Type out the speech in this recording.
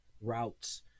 routes